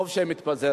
טוב שהיא מתפזרת.